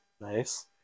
Nice